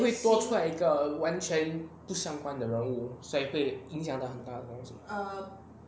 因为会多出来一个完全不相关的人物才会影响很大的动作